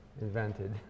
invented